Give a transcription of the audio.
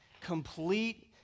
complete